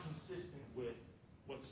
consistent with what's